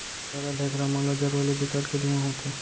पैरा, ढेखरा मन ल जरोए ले बिकट के धुंआ होथे